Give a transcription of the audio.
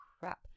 crap